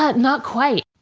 ah not quite.